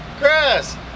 Chris